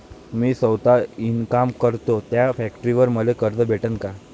मी सौता इनकाम करतो थ्या फॅक्टरीवर मले कर्ज भेटन का?